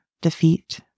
defeat